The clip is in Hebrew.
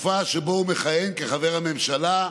וכרגע ממש אני יכול להעיד בגוף